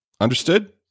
understood